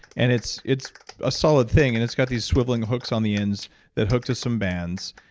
and it's it's a solid thing, and it's got these swiveling hooks on the ends that hook to some bands.